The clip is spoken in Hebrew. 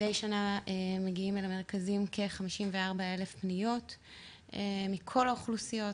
מדי שנה מגיעים אל המרכזים כ-54,000 פניות מכל האוכלוסיות,